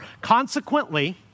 Consequently